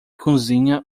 cozinha